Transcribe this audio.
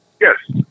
Yes